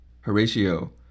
Horatio